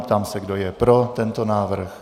Ptám se, kdo je pro tento návrh.